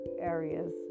Areas